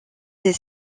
des